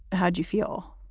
how'd you feel?